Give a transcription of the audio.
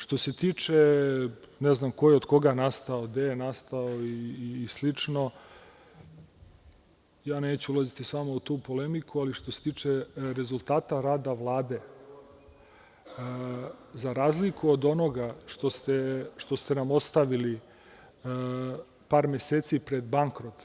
Što se tiče toga ko je od koga nastao, gde je nastao i slično, ja neću ulaziti sa vama u tu polemiku, ali što se tiče rezultata rada Vlade, za razliku od onoga što ste nam ostavili par meseci pred bankrot,